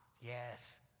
yes